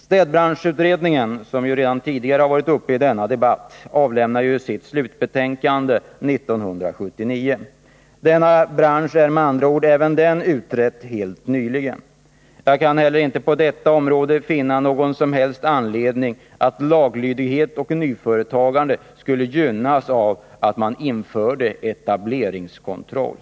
Städbranschutredningen, som redan tidigare varit uppe i denna debatt, avlämnade sitt slutbetänkande 1979. Även denna bransch är med andra ord utredd helt nyligen. Jag kan inte heller på detta område finna någon som helst anledning att tro att laglydighet och nyföretagande skulle gynnas av att man införde etableringskontroll.